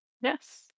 Yes